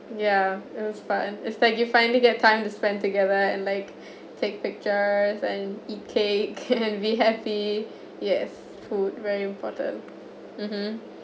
yeah it was fun it's like you finally get time to spend together and like take pictures and eat cake and be happy yes food very important mmhmm